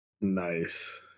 Nice